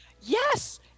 Yes